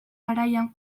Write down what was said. garaian